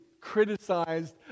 criticized